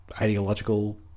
ideological